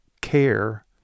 care